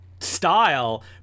style